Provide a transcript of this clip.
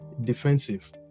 defensive